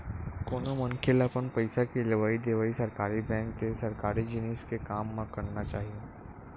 कोनो मनखे ल अपन पइसा के लेवइ देवइ सरकारी बेंक ते सरकारी जिनिस के काम म करना चाही